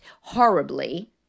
horribly